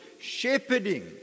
shepherding